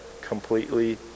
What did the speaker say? completely